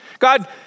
God